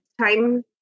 time